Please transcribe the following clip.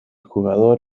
jugador